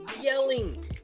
yelling